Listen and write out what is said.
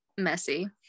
messy